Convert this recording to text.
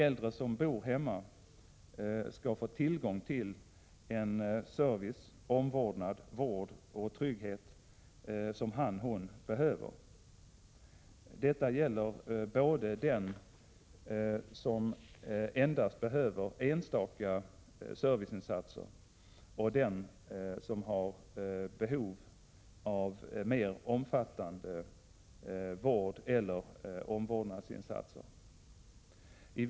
Äldre som bor hemma skall få tillgång till den service, omvårdnad, vård och trygghet som de behöver. Detta gäller både den som endast behöver enstaka serviceinsatser och den som har ett behov av mer omfattande vårdeller omvårdnadsinsatser under dygnet.